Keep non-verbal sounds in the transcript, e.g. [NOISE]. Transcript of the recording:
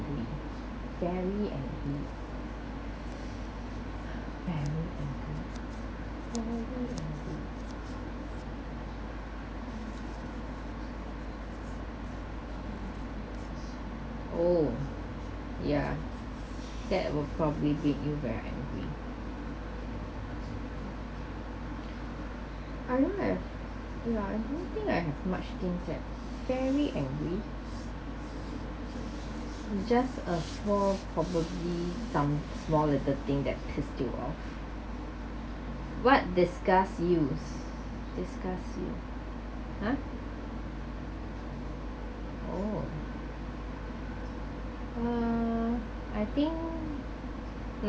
angry very angry [BREATH] very angry very angry oh ya that will probably make you very angry I don't have ya I don't think I have much thing that's very angry just a small probably some small little thing that pissed you off what disgusted you disgusted you ah oh uh I think not